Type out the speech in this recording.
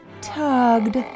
tugged